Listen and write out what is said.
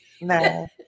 No